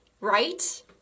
right